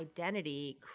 identity